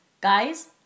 Guys